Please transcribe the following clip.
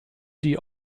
die